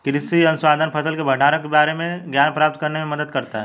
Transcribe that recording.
कृषि अनुसंधान फसल के भंडारण के बारे में ज्ञान प्राप्त करने में मदद करता है